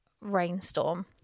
rainstorm